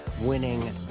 winning